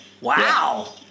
wow